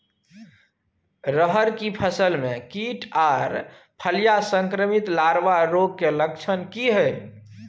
रहर की फसल मे कीट आर फलियां संक्रमित लार्वा रोग के लक्षण की हय?